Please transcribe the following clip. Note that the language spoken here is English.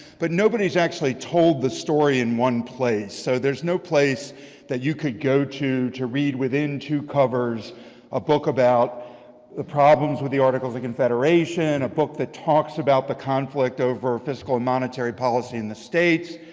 but nobody's actually told the story in one place. so there's no place that you could go to to read within two covers a book about the problems with the articles of confederation, a book that talks about the conflict over fiscal and monetary policy in the states,